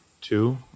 two